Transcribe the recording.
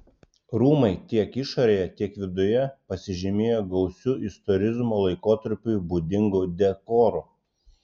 rūmai tiek išorėje tiek viduje pasižymėjo gausiu istorizmo laikotarpiui būdingu dekoru